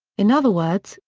in other words,